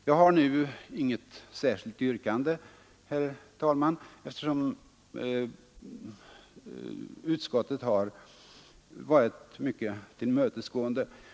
Jag har nu inget särskilt yrkande, herr talman, eftersom utskottet har varit mycket tillmötesgående.